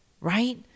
right